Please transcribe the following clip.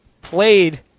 played